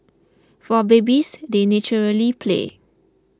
for babies they naturally play